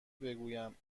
بگویم